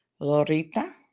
Lorita